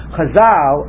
Chazal